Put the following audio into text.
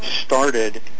started